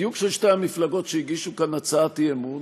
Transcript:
בדיוק שתי המפלגות שהגישו כאן הצעת אי-אמון